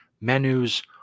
Menus